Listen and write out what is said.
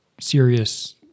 serious